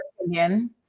opinion